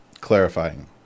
clarifying